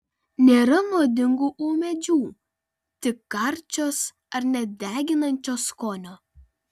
nėra nuodingų ūmėdžių tik karčios ar net deginančio skonio